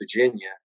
Virginia